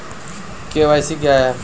KYC क्या है?